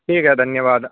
ٹھیک ہے دھنیہ واد